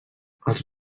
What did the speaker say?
els